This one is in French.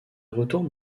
retourne